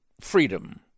freedom